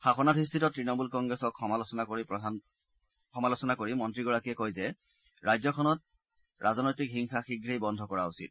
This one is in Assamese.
শাসনাধিষ্ঠিত তৃণমূল কংগ্ৰেছক সমালোচনা কৰি মন্ত্ৰীগৰাকীয়ে কয় যে ৰাজ্যখনত ৰাজনৈতিক হিংসা শীঘ্ৰেই বন্ধ কৰা উচিত